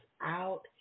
out